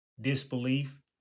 disbelief